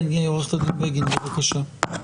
כן, עוה"ד בגין, בבקשה.